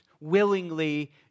willingly